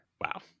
Wow